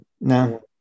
No